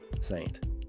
Saint